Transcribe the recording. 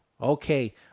Okay